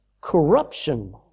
corruption